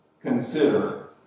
consider